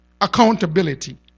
Accountability